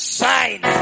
sign